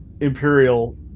imperial